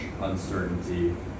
uncertainty